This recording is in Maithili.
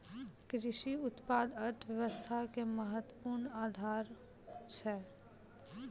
कृषि उत्पाद अर्थव्यवस्था के महत्वपूर्ण आधार छै